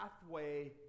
pathway